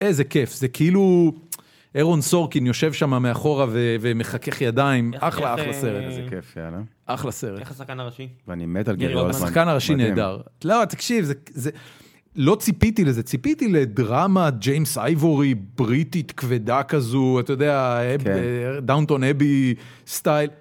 איזה כיף. זה כאילו אהרון סורקין יושב שם מאחורה ומחכך ידיים. אחלה, אחלה סרט. איזה כיף, יאללה. אחלה סרט. איך השחקן הראשי? ואני מת על גארי אולמן. השחקן הראשי נהדר. לא, תקשיב, זה, לא ציפיתי לזה, ציפיתי לדרמה ג'יימס אייבורי בריטית כבדה כזו, אתה יודע, דאונטון אבי סטייל.